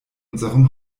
unserem